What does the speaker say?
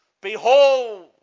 Behold